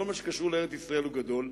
כל מה שקשור לארץ-ישראל הוא גדול.